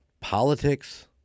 Politics